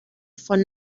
von